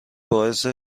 باعث